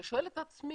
אני שואל את עצמי,